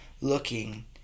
looking